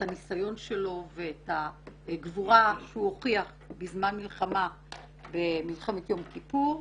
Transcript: את הניסיון שלו ואת הגבורה שהוא הוכיח בזמן מלחמת יום כיפור.